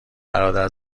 برادر